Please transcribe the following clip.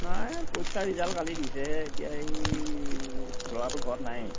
নাই পৰীক্ষা ৰিজাল্ট কালি দিছে হে এতিয়া এই ল'ৰাটো ঘৰত নাই